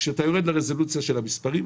כשאתה יורד לרזולוציה של המספרים,